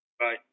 Right